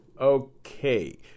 okay